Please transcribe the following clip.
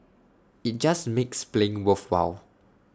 IT just makes playing worthwhile